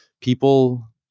people